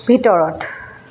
ভিতৰত